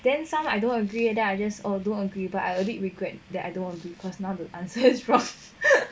then some I don't agree then I just oh don't agree but I only regret that I don't agree cause now the answer is wrong